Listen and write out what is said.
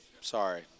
Sorry